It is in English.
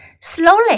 slowly